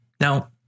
Now